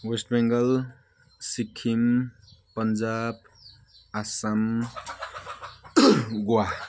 West Bengal Sikkim Punjab Assam Goa